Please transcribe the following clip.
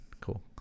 Cool